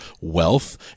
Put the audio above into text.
wealth